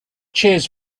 cheers